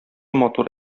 матур